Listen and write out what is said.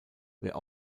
wer